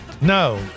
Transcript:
No